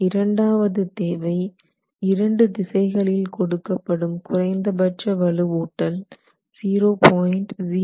இரண்டாவது தேவை இரண்டு திசைகளில் கொடுக்கப்படும் குறைந்தபட்ச வலுவூட்டல் 0